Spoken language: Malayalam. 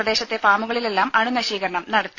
പ്രദേശത്തെ ഫാമുകളിലെല്ലാം അണുനശീകരണം നടത്തി